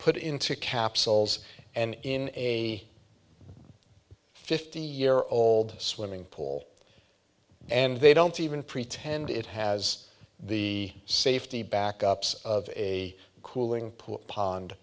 put into capsules and in a fifty year old swimming pool and they don't even pretend it has the safety back ups of a cooling pool pond